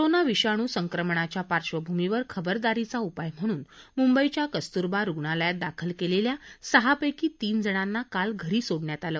corona विषाणू संक्रमणाच्या पार्श्वभूमीवर खबरदारीचा उपाय म्हणून मुंबईच्या कस्तुरबा रुग्णालयात दाखल केलेल्या सहा पैकी तीन जणांना काल घरी सोडण्यात आलं